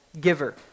giver